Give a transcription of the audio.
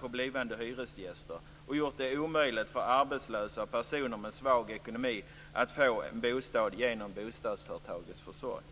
på blivande hyresgäster och gjort det omöjligt för arbetslösa och personer med svag ekonomi att få en bostad genom bostadsföretagens försorg.